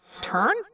Turn